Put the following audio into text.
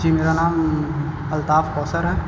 جی میرا نام الطاف کوصر ہے